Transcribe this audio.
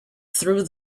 through